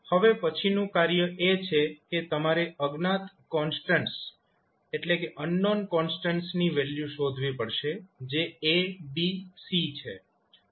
હવે પછીનું કાર્ય એ છે કે તમારે અજ્ઞાત કોન્સ્ટન્ટ્સ ની વેલ્યુ શોધવી પડશે જે A B C છે